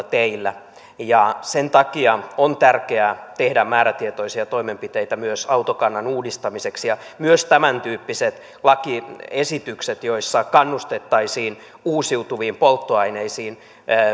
teillä sen takia on tärkeää tehdä määrätietoisia toimenpiteitä myös autokannan uudistamiseksi myös tämäntyyppiset lakiesitykset joissa kannustettaisiin uusiutuviin polttoaineisiin